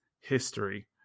history